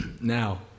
Now